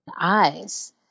eyes